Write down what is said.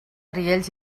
riells